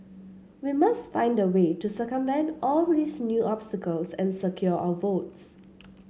we must find a way to circumvent all these new obstacles and secure our votes